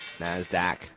NASDAQ